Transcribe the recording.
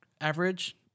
average